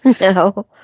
no